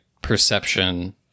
perception